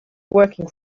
working